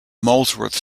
molesworth